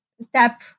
step